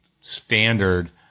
standard